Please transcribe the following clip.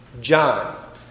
John